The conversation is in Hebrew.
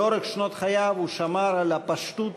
לאורך שנות חייו הוא שמר על הפשטות,